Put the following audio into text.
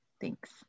Thanks